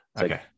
okay